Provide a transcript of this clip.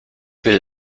will